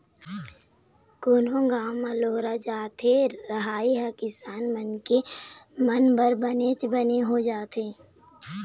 कोनो गाँव म लोहार जात के रहई ह किसान मनखे मन बर बनेच बने हो जाथे